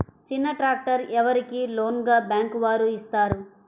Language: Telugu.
చిన్న ట్రాక్టర్ ఎవరికి లోన్గా బ్యాంక్ వారు ఇస్తారు?